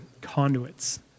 conduits